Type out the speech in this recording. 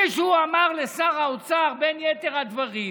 מישהו אמר לשר האוצר, בין יתר הדברים,